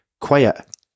quiet